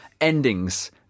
endings